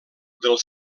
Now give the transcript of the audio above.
del